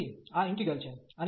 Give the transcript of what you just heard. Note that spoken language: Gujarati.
તેથી આ ઈન્ટિગ્રલ છે